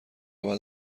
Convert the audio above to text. باید